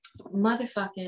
Motherfucking